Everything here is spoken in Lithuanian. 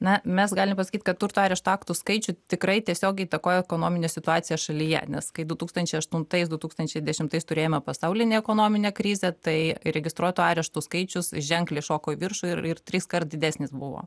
na mes galim pasakyt kad turto arešto aktų skaičių tikrai tiesiogiai įtakoja ekonominė situacija šalyje nes kai du tūkstančiai aštuntais du tūkstančiai dešimtais turėjome pasaulinę ekonominę krizę tai įregistruotų areštų skaičius ženkliai šoko į viršų ir ir triskart didesnis buvo